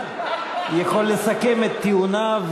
יכול לסכם את טיעוניו,